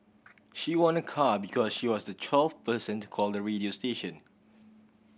she won a car because she was the twelfth person to call the radio station